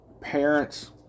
parents